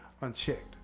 unchecked